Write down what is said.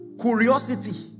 Curiosity